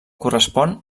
correspon